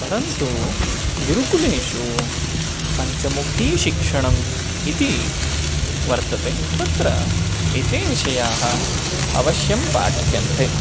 परन्तु गुरुकुलेषु पञ्चमुखी शिक्षणम् इति वर्तते तत्र एते विषयाः अवश्यं पाठ्यन्ते